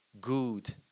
good